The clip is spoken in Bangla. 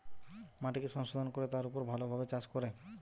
মাটিকে সংশোধন কোরে তার উপর ভালো ভাবে চাষ করে